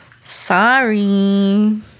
Sorry